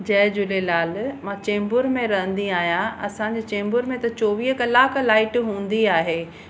जय झूलेलाल मां चेंबूर में रहंदी आहियां असांजे चेंबूर में त चोवीह कलाक लाइट हूंदी आहे